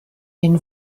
den